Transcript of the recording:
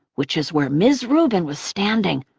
which is where ms. rubin was standing,